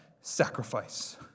sacrifice